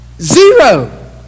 Zero